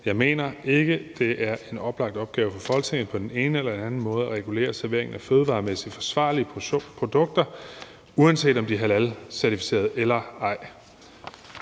Jeg mener ikke, det er en oplagt opgave for Folketinget på den ene eller den anden måde at regulere servering af fødevaremæssigt forsvarlige produkter, uanset om de er halalcertificerede eller ej.